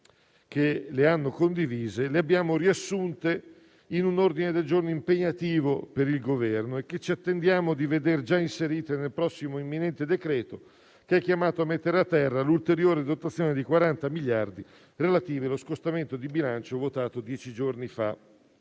che le hanno condivise, le abbiamo riassunte in un ordine del giorno impegnativo per il Governo e ci attendiamo di vederle già inserite nel prossimo imminente decreto-legge, che è chiamato a mettere a terra l'ulteriore dotazione di 40 miliardi di euro, relativi allo scostamento di bilancio votato dieci giorni fa.